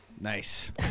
Nice